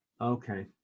okay